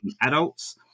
adults